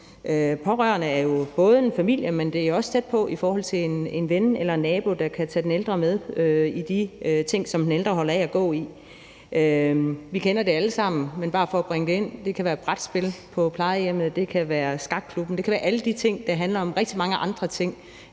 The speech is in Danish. Pårørende er jo en familie, men de er også tæt på i forhold til en ven eller nabo, der kan tage den ældre med til de ting, som den ældre holder af at gå til. Vi kender det alle sammen, men det er bare for at bringe det ind. Det kan være brætspil på plejehjemmet, det kan være skakklubben, det kan være alle de ting, der handler om rigtig mange andre ting